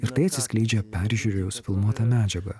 ir tai atsiskleidžia peržiūrėjus filmuotą medžiagą